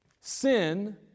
sin